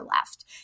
left